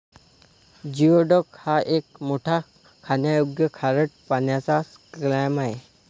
geoduck हा एक मोठा खाण्यायोग्य खारट पाण्याचा क्लॅम आहे